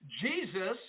Jesus